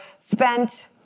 spent